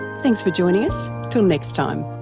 thanks for joining us, till next time